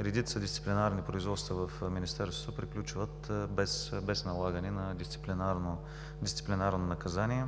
Редица дисциплинарни производства в Министерството приключват без налагане на дисциплинарно наказание.